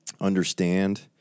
understand